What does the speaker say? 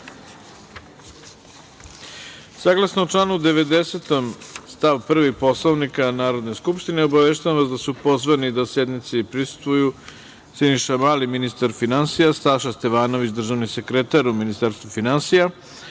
reda. Saglasno članu 90. stav 1. Poslovnika Narodna skupština obaveštavam vas da su pozvan i da sednici prisustvuju Siniša Mali, ministar finansija, Saša Stevanović, državni sekretar u Ministarstvu finansija,